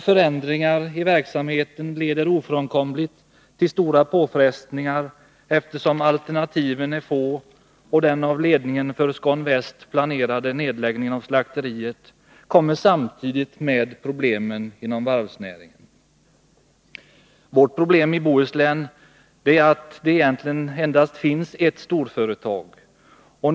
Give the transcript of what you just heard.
Förändringar i verksamheten där leder ofrånkomligt till stora påfrestningar, eftersom alternativen är få och den av ledningen för SCAN-väst planerade nedläggningen av slakteriet kommer samtidigt med problemen inom varvsnäringen. Vårt problem i Bohuslän är att det egentligen bara finns ett storföretag där.